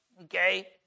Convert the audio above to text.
okay